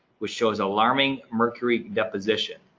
which shows alarming mercury deposition.